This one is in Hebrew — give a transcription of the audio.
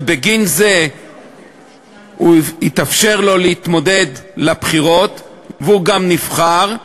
ובגין זה התאפשר לו להתמודד לבחירות והוא גם נבחר,